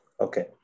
Okay